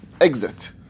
exit